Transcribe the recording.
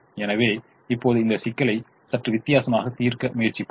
எனவே இப்போது இந்த சிக்கலை சற்று வித்தியாசமாக தீர்க்க முயற்சிப்போம்